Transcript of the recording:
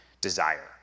desire